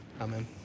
Amen